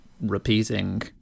repeating